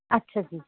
ਅੱਛਾ ਜੀ